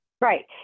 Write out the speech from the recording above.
Right